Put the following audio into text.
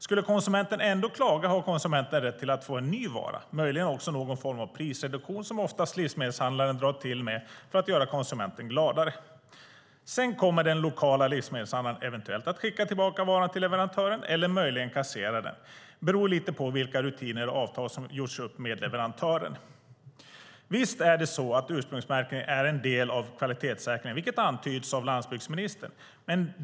Skulle konsumenten ändå klaga har konsumenten rätt att få en ny vara och möjligen också få någon form av prisreduktion som livsmedelshandlaren oftast drar till med för att göra konsumenten gladare. Sedan kommer den lokala livsmedelshandlaren eventuellt att skicka tillbaka varan till leverantören eller möjligen kassera den. Det beror lite på vilka rutiner och avtal som gjorts upp med leverantören. Visst är det så att ursprungsmärkningen är en del av kvalitetssäkringen, vilket antyds av landsbygdsministern.